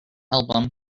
album